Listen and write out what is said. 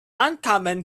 uncommon